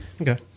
Okay